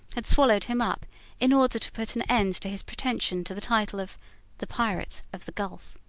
had swallowed him up in order to put an end to his pretension to the title of the pirate of the gulf.